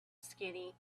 skinny